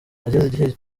ageze